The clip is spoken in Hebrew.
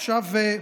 עכשיו,